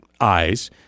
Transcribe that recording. eyes